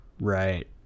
Right